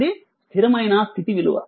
అది స్థిరమైన స్థితి విలువ